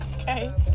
Okay